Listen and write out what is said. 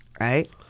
right